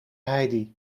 heidi